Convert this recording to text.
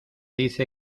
dice